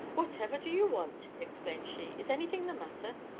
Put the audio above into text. whatever do you want? exclaimed she. is anything the matter?